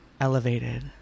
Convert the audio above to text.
elevated